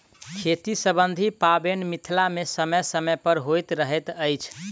खेती सम्बन्धी पाबैन मिथिला मे समय समय पर होइत रहैत अछि